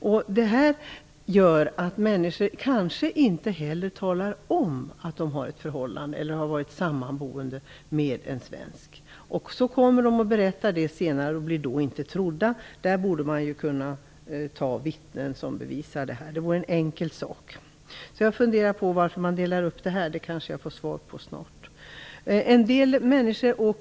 Men detta kan göra att människor kanske inte talar om att de har ett förhållande eller har varit sammanboende med en svensk. De berättar sedan vid ett senare tillfälle och blir inte trodda. Där borde vittnen kunna användas för att bevisa fallet. Det är en enkel sak. Jag kanske snart får ett svar på frågan om denna uppdelning.